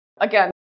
again